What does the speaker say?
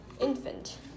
infant